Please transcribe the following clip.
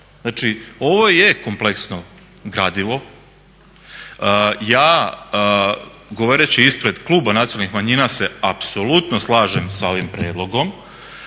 Znači, ovo je kompleksno gradivo, ja govoreći ispred kluba nacionalnih manjina se apsolutno slažem sa ovim prijedlogom.